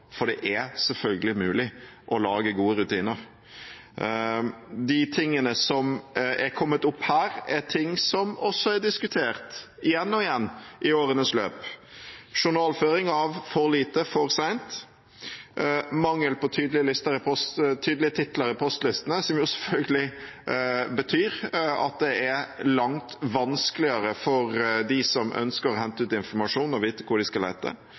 for det er selvfølgelig mulig å lage gode rutiner. De tingene som er kommet opp her, er ting som også er diskutert igjen og igjen i årenes løp: journalføring av for lite, for sent og mangel på tydelige titler i postlistene, som jo selvfølgelig betyr at det er langt vanskeligere for dem som ønsker å hente ut informasjon å vite hvor de skal lete.